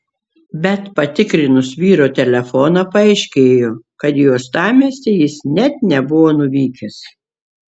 bet patikrinus vyro telefoną paaiškėjo kad į uostamiestį jis net nebuvo nuvykęs